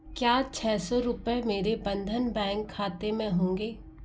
क्या छ सौ रूपए मेरे बंधन बैंक खाते में होंगे